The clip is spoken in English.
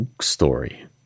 story